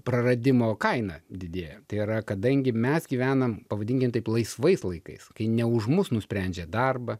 praradimo kaina didėja tai yra kadangi mes gyvenam pavadinkim taip laisvais laikais kai ne už mus nusprendžia darbą